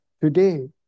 today